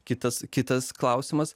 kitas kitas klausimas